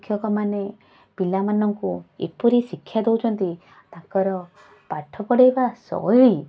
ଶିକ୍ଷକମାନେ ପିଲାମାନଙ୍କୁ ଏପରି ଶିକ୍ଷା ଦେଉଛନ୍ତି ତାଙ୍କର ପାଠ ପଢ଼ାଇବା ଶୈଳୀ